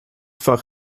fach